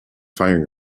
firing